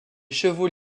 chevaux